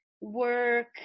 work